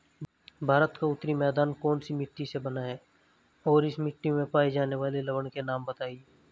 भारत का उत्तरी मैदान कौनसी मिट्टी से बना है और इस मिट्टी में पाए जाने वाले लवण के नाम बताइए?